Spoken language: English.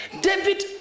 David